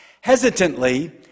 Hesitantly